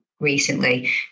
recently